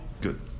Good